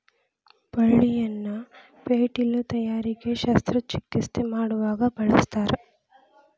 ಬಳ್ಳಿಯನ್ನ ಪೇಟಿಲು ತಯಾರಿಕೆ ಶಸ್ತ್ರ ಚಿಕಿತ್ಸೆ ಮಾಡುವಾಗ ಬಳಸ್ತಾರ